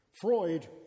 Freud